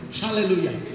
Hallelujah